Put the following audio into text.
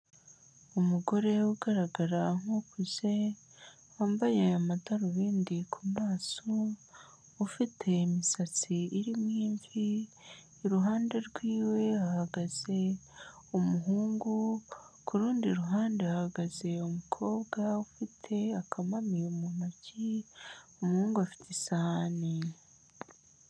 Umugore ugaragara nk'ukuze wambaye amadarubindi ku maso, ufite imisatsi irimo imvi, iruhande rwiwe hahagaze umuhungu, ku rundi ruhande hahagaze umukobwa ufite akamamiyo mu ntoki, umuhungu afite isahani.